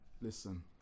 Listen